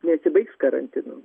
nesibaigs karantinu